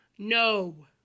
No